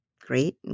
great